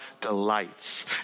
delights